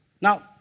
Now